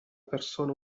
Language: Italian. persona